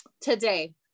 today